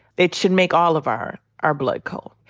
it should make all of our our blood cold.